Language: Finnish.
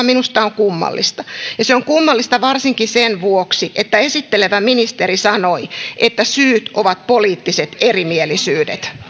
minusta on kummallista se on kummallista varsinkin sen vuoksi että esittelevä ministeri sanoi että syyt ovat poliittiset erimielisyydet